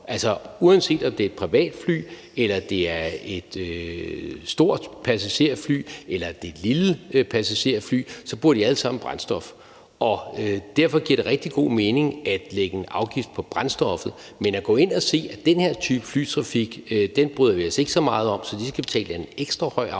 Uanset om det er et privatfly, et stort passagerfly eller et lille passagerfly, bruger de alle sammen brændstof. Derfor giver det rigtig god mening at lægge en afgift på brændstoffet. Men at gå ind og sige, at den her type flytrafik bryder vi os ikke om, så de skal betale en ekstrahøj afgift,